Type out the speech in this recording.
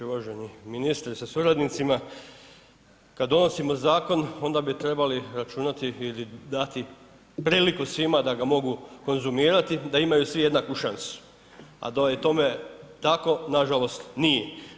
Uvaženi ministre sa suradnicima, kad donosimo zakon onda bi trebali računati ili dati priliku svima da ga mogu konzumirati, da imaju svi jednaku šansu, a da je tome tako, nažalost nije.